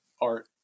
art